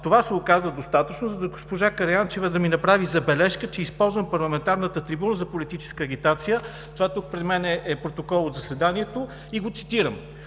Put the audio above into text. Това се оказа достатъчно за госпожа Караянчева да ми направи забележка: „че използвам парламентарната трибуна за политическа агитация“ – пред мен е протокол от заседанието и го цитирам.